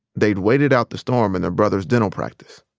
they'd waited out the storm in their brother's dental practice.